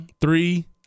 three